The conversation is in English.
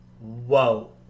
whoa